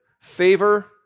favor